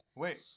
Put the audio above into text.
Wait